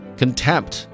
contempt